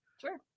Sure